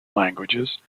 languages